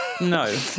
No